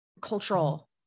cultural